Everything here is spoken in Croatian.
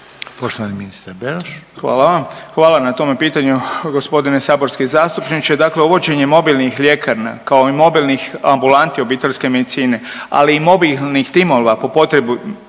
**Beroš, Vili (HDZ)** Hvala vam. Hvala na tome pitanju gospodine saborski zastupniče, dakle uvođenje mobilnih ljekarna kao i mobilnih ambulanti obiteljske medicine, ali i mobilnih timova po potrebi